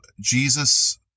Jesus